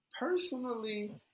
Personally